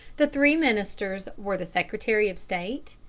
the three ministers were the secretary of state,